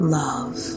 love